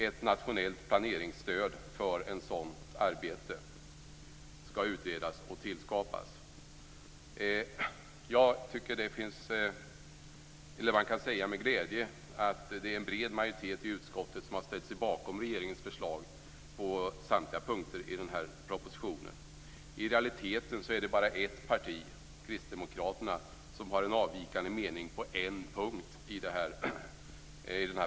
Ett nationellt planeringsstöd för ett sådant arbete skall utredas och tillskapas. Jag kan med glädje säga att en bred majoritet i utskottet har ställt sig bakom regerings förslag på samtliga punkter i propositionen. I realiteten är det bara ett parti, Kristdemokraterna, som har en avvikande mening på en punkt.